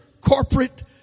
corporate